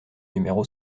numéro